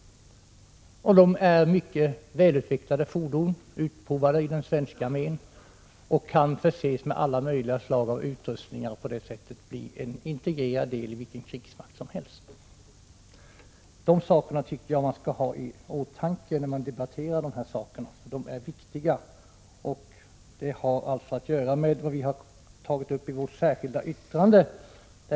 Det är mycket välutvecklade fordon, som har utprovats av den svenska armén och kan förses med alla möjliga utrustningar och på det sättet bli en integrerad del i vilken krigsmakt som helst. Dessa saker skall man ha i åtanke när man debatterar detta ärende. De är viktiga och har att göra med vad vpk har tagit upp i ett särskilt yttrande.